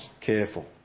careful